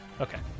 Okay